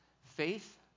Faith